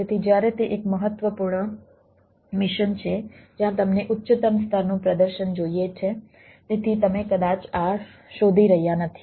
તેથી જ્યારે તે એક મહત્વપૂર્ણ મિશન છે જ્યાં તમને ઉચ્ચતમ સ્તરનું પ્રદર્શન જોઈએ છે તેથી તમે કદાચ આ શોધી રહ્યાં નથી